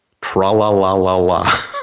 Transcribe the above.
Tra-la-la-la-la